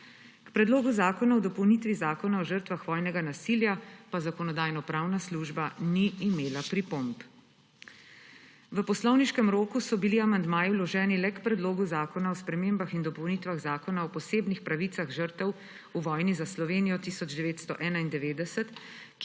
K Predlogu zakona o dopolnitvi Zakona o žrtvah vojnega nasilja pa Zakonodajno-pravna služba ni imela pripomb. V poslovniškem roku so bili amandmaji vloženi le k Predlogu zakona o spremembah in dopolnitvah Zakona o posebnih pravicah žrtev v vojni za Slovenijo 1991,